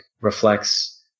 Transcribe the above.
reflects